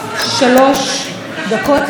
שלוש דקות לרשותך.